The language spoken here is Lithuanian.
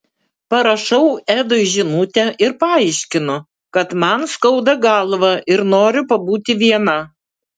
parašau edui žinutę ir paaiškinu kad man skauda galvą ir noriu pabūti viena